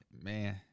Man